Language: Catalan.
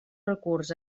recurs